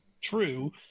true